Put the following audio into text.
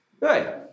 Good